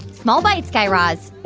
small bites, guy raz